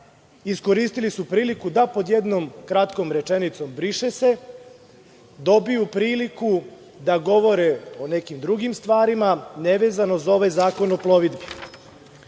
iskoristili su priliku da pod jednom kratkom rečenicom briše se, dobiju priliku da govore o nekim drugim stvarima ne vezano za ovaj Zakon o plovidbi. Pri